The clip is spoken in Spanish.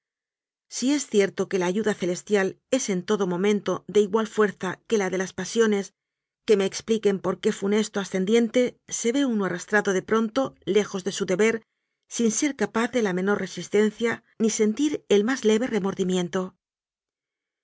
si es cierto que la ayuda celestial es en todo momen to de igual fuerza que la de las pasiones que me expliquen por qué funesto ascendiente se ve uno arrastrado de pronto lejos de su deber sin ser ca paz de la menor resistencia ni sentir el más leve remordimiento